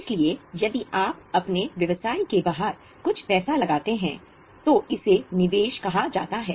इसलिए यदि आप अपने व्यवसाय के बाहर कुछ पैसा लगाते हैं तो इसे निवेश कहा जाता है